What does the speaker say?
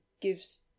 gives